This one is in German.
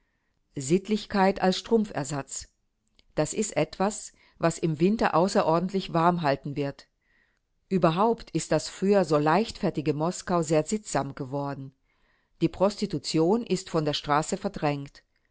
sittlichkeit als strumpfersatz das ist etwas was im winter außerordentlich warm halten wird überhaupt ist das früher so leichtfertige moskau sehr sittsam geworden die prostitution ist von der straße verdrängt